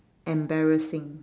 embarrassing